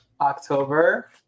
October